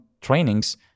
trainings